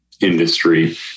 industry